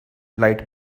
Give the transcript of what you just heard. light